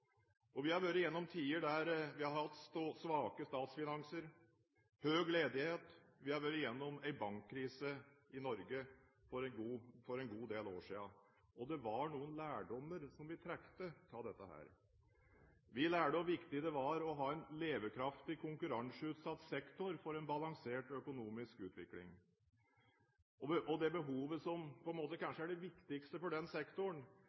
og vi har vært gjennom tider der vi har hatt svake statsfinanser og høy ledighet, og vi har vært gjennom en bankkrise i Norge for en god del år siden. Det var noen lærdommer som vi trakk av dette. Vi lærte hvor viktig det var å ha en levedyktig konkurranseutsatt sektor for en balansert økonomisk utvikling. Det behovet som på en måte kanskje er det viktigste for den sektoren,